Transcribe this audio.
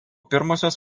pirmosios